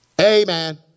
amen